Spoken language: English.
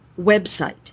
website